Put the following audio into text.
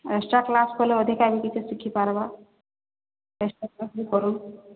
extra class କଲେ ଅଧିକା ବି କିଛି ଶିଖିପାର୍ବା ଏକ୍ସଟ୍ରା କ୍ଲାସ ବି କରୁନ୍